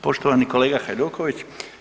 Poštovani kolega Hajduković.